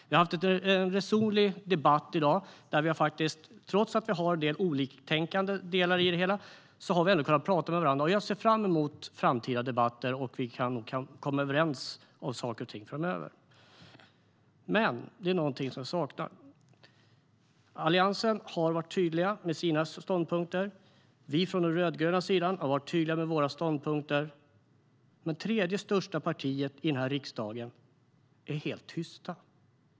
Det har varit en resonlig debatt där vi, trots att vi till en del tänker olika, har kunnat prata med varandra. Jag ser därför fram emot framtida debatter och att kunna komma överens om saker och ting. Det är dock någonting som saknas. Partierna i Alliansen har varit tydliga med sina ståndpunkter. Vi från den rödgröna sidan har varit tydliga med våra ståndpunkter. Men det tredje största partiet i denna riksdag är helt tyst.